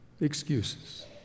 excuses